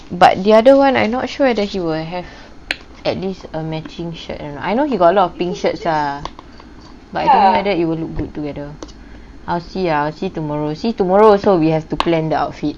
but the other one I'm not sure whether he will have at least a matching shirt I know he got a lot of pink shirts ah but I don't know whether it will look good together I'll see ah I'll see tomorrow see tomorrow also we have to plan the outfit